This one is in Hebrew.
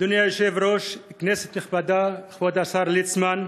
אדוני היושב-ראש, כנסת נכבדה, כבוד השר ליצמן,